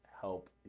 help